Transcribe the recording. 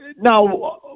now